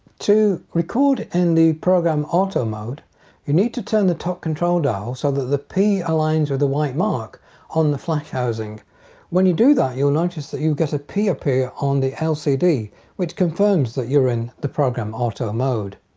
to record in the program auto mode you need to turn the top control dial so that the p aligns or the white mark on the flash housing when you do that you'll notice that you get a p appear on the lcd which confirms that you're in the program auto mode.